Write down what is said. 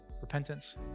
Repentance